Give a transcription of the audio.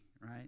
right